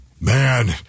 Man